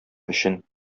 өчен